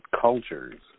cultures